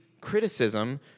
criticism